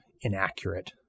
inaccurate